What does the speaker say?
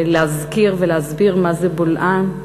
לצערי, להזכיר ולהסביר מה זה בולען.